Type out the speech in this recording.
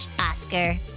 Oscar